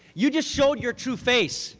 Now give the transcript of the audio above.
you just showed your true face.